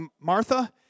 Martha